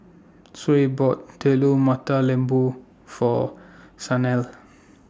Suzy bought Telur Mata Lembu For Shanelle